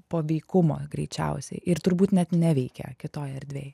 paveikumo greičiausiai ir turbūt net neveikia kitoj erdvėj